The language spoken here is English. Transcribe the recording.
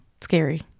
Scary